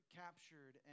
captured